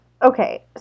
Okay